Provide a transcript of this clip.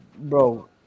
bro